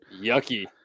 Yucky